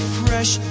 fresh